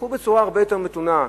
תלכו בצורה הרבה יותר מתונה.